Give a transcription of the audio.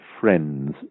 friends